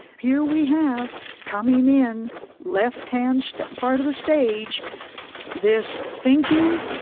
here we have coming in left-hand so part of the stage this thinking,